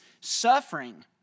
suffering